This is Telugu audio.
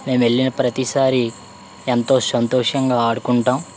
మేము వెళ్ళిన ప్రతిసారి ఎంతో సంతోషంగా ఆడుకుంటాం